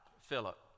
Philip